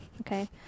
Okay